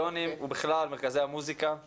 הקונסרבטוריונים ומרכזי המוסיקה בכלל.